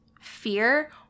fear